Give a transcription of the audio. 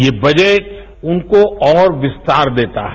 ये बजट उनको और विस्तार देता है